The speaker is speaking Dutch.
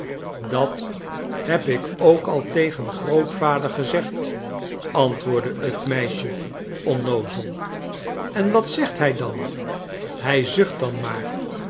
dat heb ik ook al tegen grootvader gezegd antwoordde het meisje onnoozel en wat zegt hij dan hij zucht dan maar